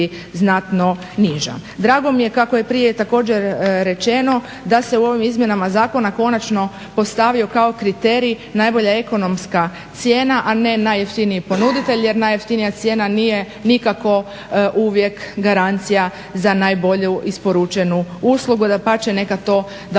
znatno niža. Drago mi je, kako je prije također rečeno, da se u ovim izmjenama zakona konačno postavio kao kriterij najbolja ekonomska cijena, a ne najjeftiniji ponuditelj jer najjeftinija cijena nije nikako uvijek garancija za najbolje isporučenu uslugu, dapače nekad to daleko,